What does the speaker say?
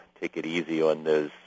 take-it-easy-on-those